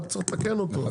רק צריך לתקן אותו,